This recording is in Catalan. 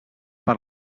per